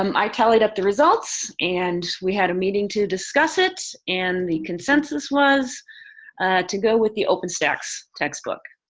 um i tallied up the results and we had a meeting to discuss it and the consensus was to go with the openstax textbook.